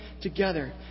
together